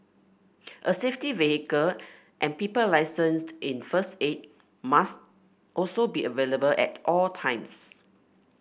a safety vehicle and people licensed in first aid must also be available at all times